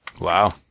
Wow